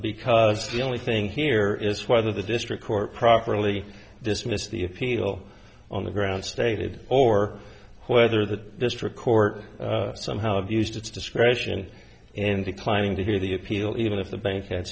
because the only thing here is whether the district court properly dismissed the appeal on the grounds stated or whether the district court somehow abused its discretion and declining to hear the appeal even if the bank had